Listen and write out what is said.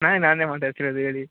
ನಾನೇ ನಾನೇ ಮಾತಾಡ್ತಿರೋದು ಹೇಳಿ